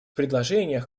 предложениях